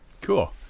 Cool